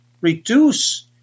reduce